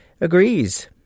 agrees